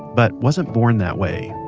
but wasn't born that way